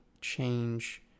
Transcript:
change